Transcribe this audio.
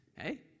Hey